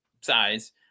size